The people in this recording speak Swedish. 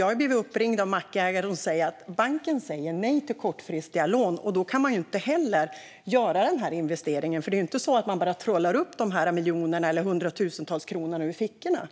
Jag har blivit uppringd av mackägare som säger att banken säger nej till kortfristiga lån, och då kan man ju inte heller göra denna investering. Det är ju inte så att man bara trollar upp de här miljonerna eller hundratusentals kronorna ur fickorna.